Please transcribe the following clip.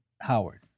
Howard